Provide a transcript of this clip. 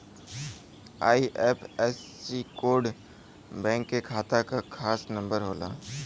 IFSC code bank के शाखा क खास नंबर होला